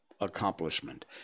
accomplishment